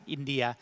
India